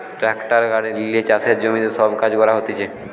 tractor গাড়ি লিয়ে চাষের জমিতে সব কাজ করা হতিছে